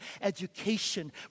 education